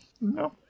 no